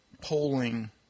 polling